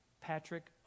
Patrick